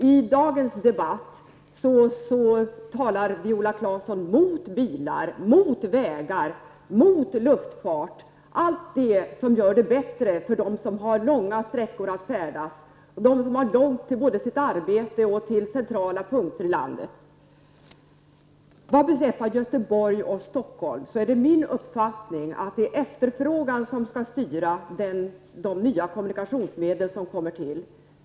I dagens debatt talar Viola Claesson mot bilar, mot vägar och mot luftfart — allt sådant som gör det lättare för dem som har långa sträckor att färdas, dvs. de som har långt både till sitt arbete och till centrala punkter i landet. Vad beträffar Göteborg och Stockholm är det min uppfattning att det är efterfrågan som skall styra de nya kommunikationsmedel som kommer till.